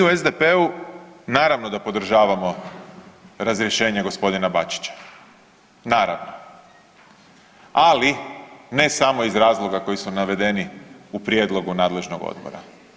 Mi u SDP-u naravno da podržavamo razrješenje gospodina Bačića, naravno, ali ne samo iz razloga koji su navedeni u prijedlogu nadležnog odbora.